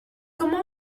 comment